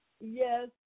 Yes